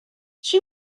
she